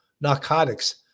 narcotics